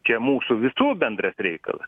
čia mūsų visų bendras reikalas